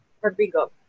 Rodrigo